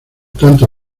tanto